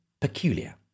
peculiar